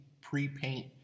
pre-paint